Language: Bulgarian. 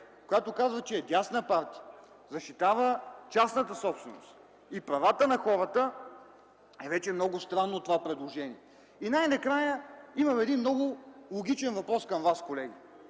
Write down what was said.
която казва, че е дясна партия, защитава частната собственост и правата на хората, вече е много странно това предложение. Накрая, колеги, имам един много логичен въпрос към вас: по